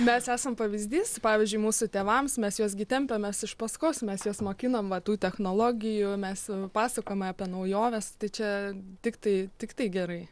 mes esam pavyzdys pavyzdžiui mūsų tėvams mes juos gi tempiamės iš paskos mes juos mokinam va tų technologijų mes pasakojame apie naujoves tai čia tiktai tiktai gerai